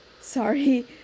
sorry